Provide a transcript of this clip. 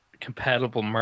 compatible